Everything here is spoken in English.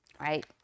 right